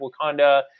Wakanda